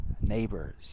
neighbors